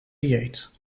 dieet